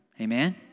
Amen